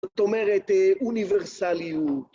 זאת אומרת אוניברסליות